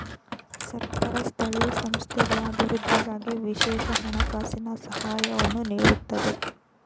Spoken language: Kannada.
ಸರ್ಕಾರ ಸ್ಥಳೀಯ ಸಂಸ್ಥೆಗಳ ಅಭಿವೃದ್ಧಿಗಾಗಿ ವಿಶೇಷ ಹಣಕಾಸಿನ ಸಹಾಯವನ್ನು ನೀಡುತ್ತದೆ